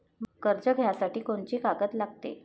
कर्ज घ्यासाठी कोनची कागद लागते?